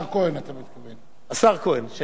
שאני מעריך אותו מפה ועד להודעה חדשה,